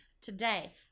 today